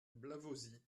blavozy